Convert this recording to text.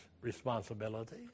responsibility